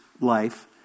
life